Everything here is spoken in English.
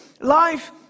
Life